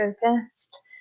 focused